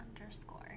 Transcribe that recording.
underscore